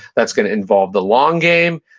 that's going to involve the long game.